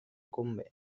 convé